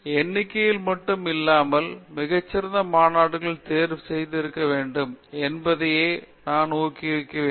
எண்ணிக்கைக்கு மட்டும் இல்லாமல் மிகசிறந்த மாநாடுகள் தேர்வு இருக்க வேண்டும் என்பதை முதல் நாளே ஊக்குவிக்க வேண்டும்